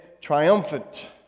triumphant